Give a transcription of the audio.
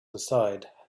inside